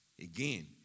Again